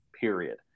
Period